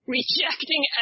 Rejecting